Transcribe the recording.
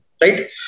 right